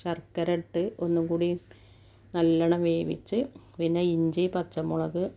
ശർക്കരയിട്ട് ഒന്നും കൂടി നല്ലോണം വേവിച്ച് പിന്നെ ഇഞ്ചി പച്ചമുളക്